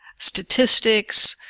statistics,